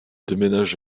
déménage